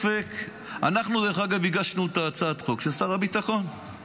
אנחנו הגשנו את הצעת החוק של שר הביטחון,